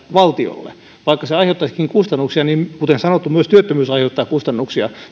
valtiolle vaikka se aiheuttaisikin kustannuksia niin kuten sanottu myös työttömyys aiheuttaa kustannuksia